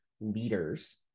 leaders